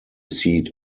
seat